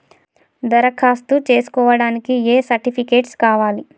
దరఖాస్తు చేస్కోవడానికి ఏ సర్టిఫికేట్స్ కావాలి?